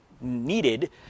needed